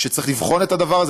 שצריך לבחון את הדבר הזה,